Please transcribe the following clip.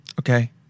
okay